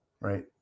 Right